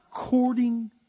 according